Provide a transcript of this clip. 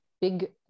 big